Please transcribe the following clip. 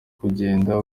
kugenda